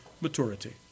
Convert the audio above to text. maturity